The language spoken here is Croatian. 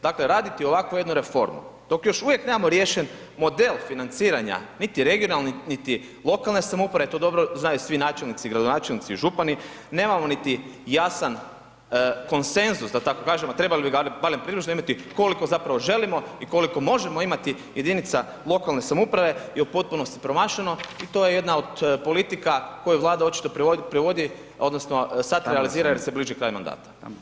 Dakle, raditi ovakvu jednu reformu dok još uvijek nemamo riješen model financiranja, niti regionalnog, niti lokalne samouprave, to dobro znaju svi načelnici, gradonačelnici i župani, nemamo niti jasan konsenzus da tako kažem, a trebali bi ga barem… [[Govornik se ne razumije]] koliko zapravo želimo i koliko možemo imati jedinica lokalna samouprave je u potpunosti promašeno i to je jedna od politika koje Vlada očito provodi odnosno sad realizira jer se bliži kraj mandata.